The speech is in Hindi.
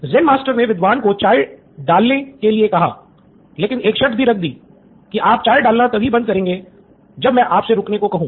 ज़ेन मास्टर ने विद्वान को चाय डालने के लिए कहा लेकिन एक शर्त भी रख दी कि आप चाय डालना तभी बंद करेंगे जब मैं आपसे रुकने को कहूँ